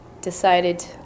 decided